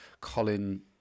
Colin